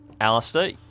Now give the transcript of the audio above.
Alistair